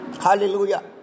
Hallelujah